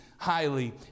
highly